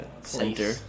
center